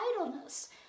idleness